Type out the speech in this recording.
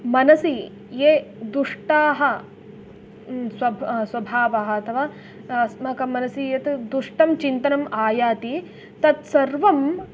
मनसि ये दुष्टाः स्वभावः अथवा अस्माकं मनसि यत् दुष्टं चिन्तनम् आयाति तत्सर्वम्